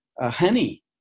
honey